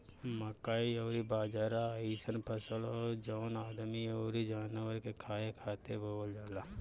मकई अउरी बाजरा अइसन फसल हअ जवन आदमी अउरी जानवर के खाए खातिर बोअल जाला